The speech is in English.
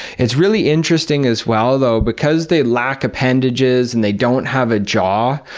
it's really interesting as well, though, because they lack appendages and they don't have a jaw.